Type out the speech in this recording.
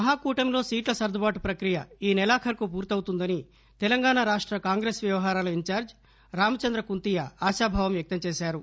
మహాకూటమిలో సీట్ల సర్దుబాటు ప్రక్రియ ఈసెలాఖరుకు పూర్తవుతుందని తెలంగాణ రాష్ట కాంగ్రెస్ వ్యవహారాల ఇంచార్ల్ రామచంద్ర కుంతియ ఆశాభావం వ్యక్తం చేశారు